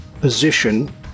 position